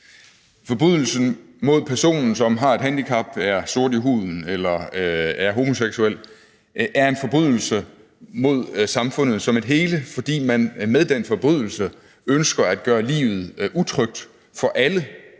Forbrydelsen mod personen, som har et handicap, er sort i huden eller er homoseksuel, er en forbrydelse mod samfundet som et hele, fordi man med den forbrydelse ønsker at gøre livet utrygt for alle,